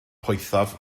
poethaf